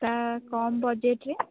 କମ୍ ବଜେଟ୍ରେ